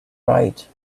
right